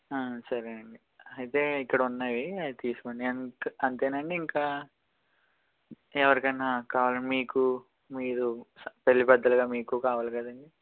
ఆ సరేనండి అయితే ఇక్కడున్నాయి అవి తీసుకోండి అంతేనా అండి ఇంకా ఎవరికైనా కావాలా మీకు మీరు పెళ్ళి పెద్దలుగా మీకూ కావాలి కదండి